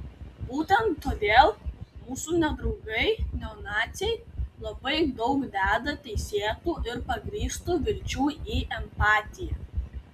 būtent todėl mūsų nedraugai neonaciai labai daug deda teisėtų ir pagrįstų vilčių į empatiją